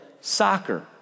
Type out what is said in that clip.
soccer